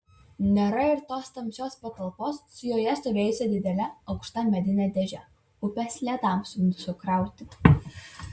nėra ir tos tamsios patalpos su joje stovėjusia didele aukšta medine dėže upės ledams sukrauti